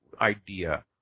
idea